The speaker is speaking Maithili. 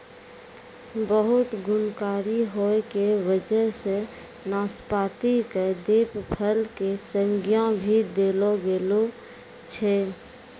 बहुत गुणकारी होय के वजह सॅ नाशपाती कॅ देव फल के संज्ञा भी देलो गेलो छै